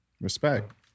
respect